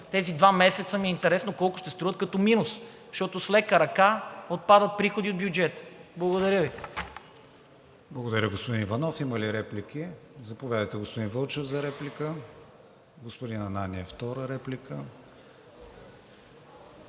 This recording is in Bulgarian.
тези два месеца ми е интересно колко ще струват като минус, защото с лека ръка отпадат приходи от бюджета. Благодаря Ви. ПРЕДСЕДАТЕЛ КРИСТИАН ВИГЕНИН: Благодаря, господин Иванов. Има ли реплики? Заповядайте, господин Вълчев, за реплика. Господин Ананиев – втора реплика.